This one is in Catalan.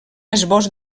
esbós